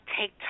take